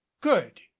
good